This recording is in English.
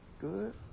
Good